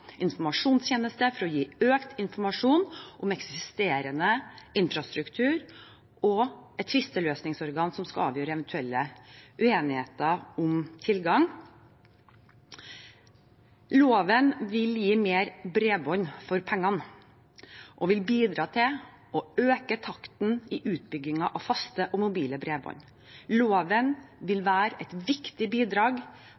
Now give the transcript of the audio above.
informasjonstjeneste for å gi økt informasjon om eksisterende infrastruktur og et tvisteløsningsorgan som skal avgjøre eventuelle uenigheter om tilgang. Loven vil gi «mer bredbånd for pengene» og bidra til å øke takten i utbyggingen av faste og mobile bredbånd. Loven